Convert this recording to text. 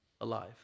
alive